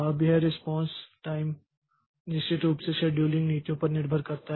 अब यह response time निश्चित रूप से शेड्यूलिंग नीतियों पर निर्भर करता है